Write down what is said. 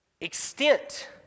extent